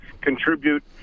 contribute